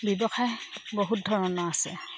ব্যৱসায় বহুত ধৰণৰ আছে